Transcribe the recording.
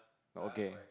okay